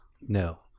No